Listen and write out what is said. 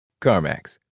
CarMax